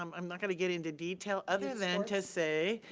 um i'm not gonna get into detail other than to say,